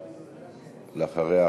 ולאחריה,